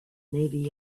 navy